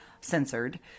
censored